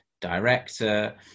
Director